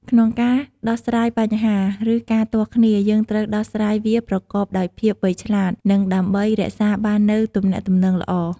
ក្នុងការដោះស្រាយបញ្ហា ឬ ការទាស់គ្នា យើងត្រូវដោះស្រាយវាប្រកបដោយភាពវៃឆ្លាត និង ដើម្បីរក្សាបាននូវទំនាក់ទំនងល្អ។